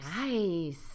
Nice